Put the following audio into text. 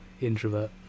introvert